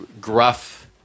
gruff